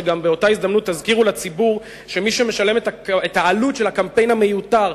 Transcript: שגם באותה הזדמנות תזכירו לציבור שמי שמשלם את העלות של הקמפיין המיותר,